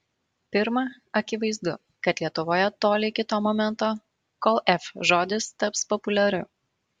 pirma akivaizdu kad lietuvoje toli iki to momento kol f žodis taps populiariu